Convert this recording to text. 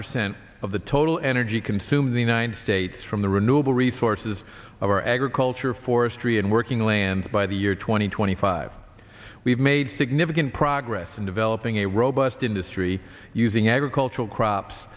percent of the total energy consumed the united states from the renewable resources of our agriculture forestry and working land by the year two thousand and twenty five we've made significant progress in developing a robust industry using agricultural crops